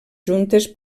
juntes